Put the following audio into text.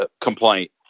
complaint